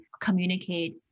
communicate